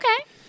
Okay